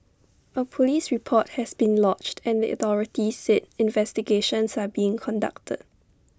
A Police report has been lodged and the authorities said investigations are being conducted